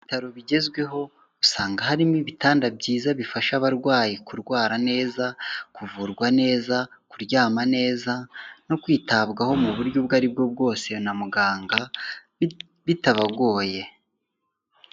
Mu bitaro bigezweho usanga harimo ibitanda byiza bifasha abarwayi kurwara neza, kuvurwa neza, kuryama neza, no kwitabwaho mu buryo ubwo aribwo bwose na muganga bitabagoye.